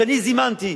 שאני זימנתי,